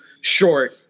short